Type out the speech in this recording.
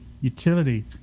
utility